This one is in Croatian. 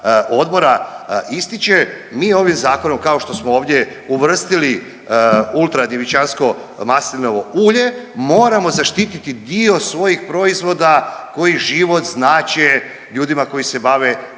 odbora ističe. Mi ovim zakonom kao što smo ovdje uvrstili ultra djevičansko maslinovo ulje moramo zaštiti dio svojih proizvoda koji život znače ljudima koji se bave